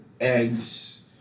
eggs